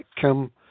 Come